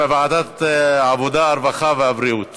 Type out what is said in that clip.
לוועדת העבודה, הרווחה והבריאות